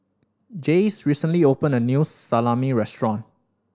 Jayce recently opened a new Salami Restaurant